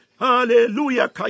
hallelujah